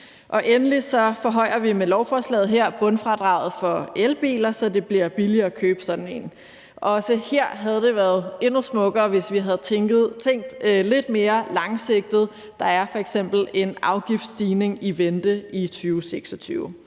Endelig forhøjer vi med lovforslaget her bundfradraget for elbiler, så det bliver billigere at købe sådan en. Også her havde det været endnu smukkere, hvis vi havde tænkt lidt mere langsigtet. Der er f.eks. en afgiftsstigning i vente i 2026.